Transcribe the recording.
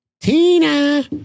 Tina